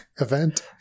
event